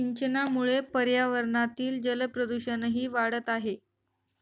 सिंचनामुळे पर्यावरणातील जलप्रदूषणही वाढत आहे